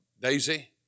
Daisy